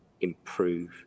improve